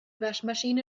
waschmaschine